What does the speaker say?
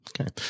Okay